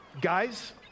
guys